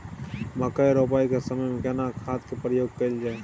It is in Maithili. मकई रोपाई के समय में केना खाद के प्रयोग कैल जाय?